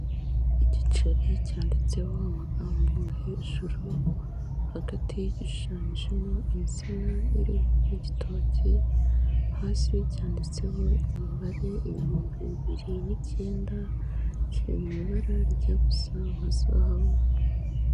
Igiceri cyanditseho amagambo, hagati gishushanyijemo insina iriho igitoki, hasi cyanditseho imibare ibihumbi bibiri n'ikenda.